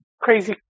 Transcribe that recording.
Crazy